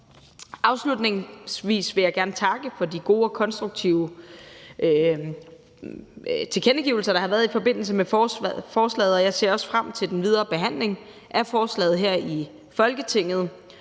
Afslutningsvis vil jeg gerne takke for de gode og konstruktive tilkendegivelser, der har været i forbindelse med forslaget, og jeg ser frem til den videre behandling af forslaget her i Folketinget